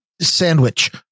sandwich